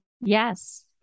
Yes